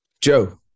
Joe